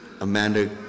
Amanda